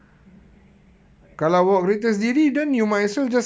ya ya ya ya correct correct